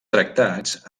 tractats